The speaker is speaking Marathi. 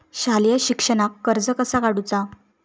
शालेय शिक्षणाक कर्ज कसा काढूचा?